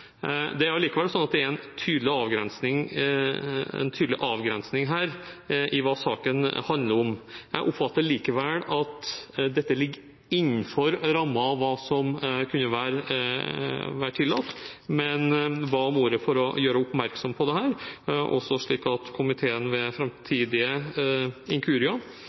Det er likevel slik at det er en tydelig avgrensning her i hva saken handler om. Jeg oppfatter likevel at dette ligger innenfor rammen for hva som kunne være tillatt, men ba om ordet for å gjøre oppmerksom på dette, slik at komiteen ved framtidige inkurier,